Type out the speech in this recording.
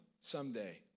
someday